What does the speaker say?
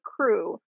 crew